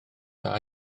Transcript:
dda